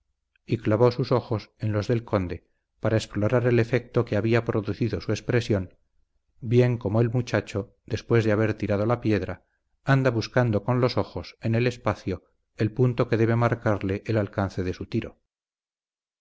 y clavó sus ojos en los del conde para explorar el efecto que había producido su expresión bien como el muchacho después de haber tirado la piedra anda buscando con los ojos en el espacio el punto que debe marcarle el alcance de su tiro